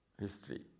history